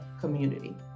community